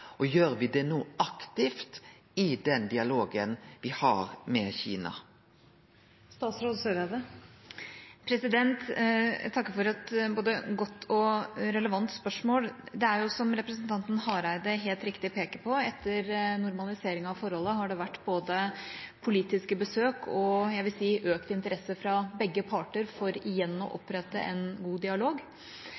det no aktivt i den dialogen me har med Kina? Jeg takker for et både godt og relevant spørsmål. Det er jo, som representanten Hareide helt riktig peker på, sånn at etter normaliseringen av forholdet har det vært både politiske besøk og – jeg vil si – økt interesse fra begge parter for igjen å